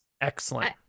Excellent